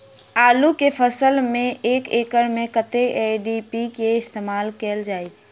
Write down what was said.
आलु केँ फसल मे एक एकड़ मे कतेक डी.ए.पी केँ इस्तेमाल कैल जाए?